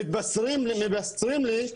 מבשרים לי,